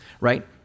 right